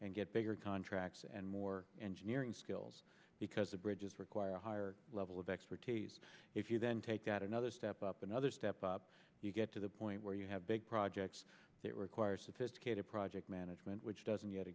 and get bigger contracts and more engineering skills because the bridges require a higher level of expertise if you then take that another step up another step up you get to the point where you have big projects that require sophisticated project management which doesn't yet